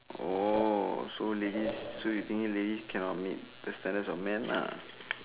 oh so ladies so you thinking ladies cannot meet the standards of men lah